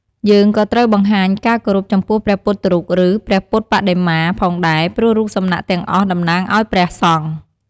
យើងក៏ត្រូវបង្ហាញការគោរពចំពោះព្រះពុទ្ធរូបឬ ព្រះពុទ្ធបដិមា ផងដែរ ព្រោះរូបសំណាកទាំងអស់តំណាងឲ្យព្រះសង្ឃ។